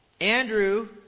Andrew